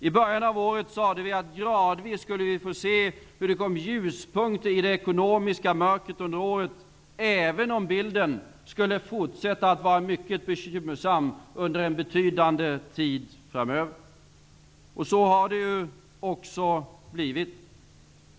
I början av året sade vi att vi gradvis skulle få se hur det under året skulle komma ljuspunkter i det ekonomiska mörkret, även om bilden skulle fortsätta att vara mycket bekymmersam under en betydande tid framöver. Så har det också blivit.